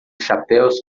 chapéus